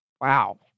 Wow